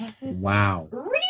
Wow